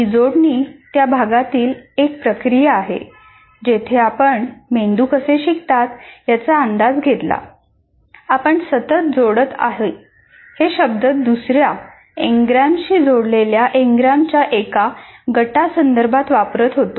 ही जोडणी त्या भागातील एक प्रक्रिया आहे जिथे आपण मेंदू कसे शिकतात याचा अंदाज घेतला आपण सतत जोडत आहे हे शब्द दुसर्या एंग्रॅमशी जोडलेल्या एंग्रॅमच्या एका गटासंदर्भात वापरत होतो